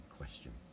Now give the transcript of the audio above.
question